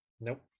Nope